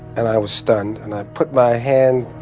and i was stunned. and i put my hand